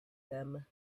them